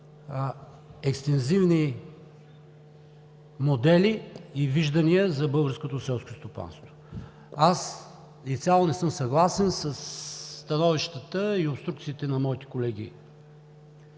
екстензивни модели и виждания за българското селско стопанство. Изцяло не съм съгласен със становищата и обструкциите на моите колеги